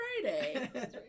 Friday